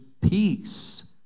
peace